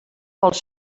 pels